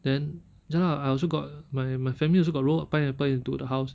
then ya lah I also got my my family also got roll a pineapple into the house